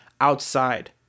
outside